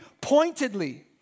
pointedly